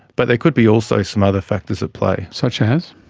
but there could be also some other factors at play. such as?